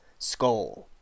Skull